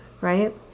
right